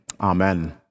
Amen